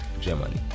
Germany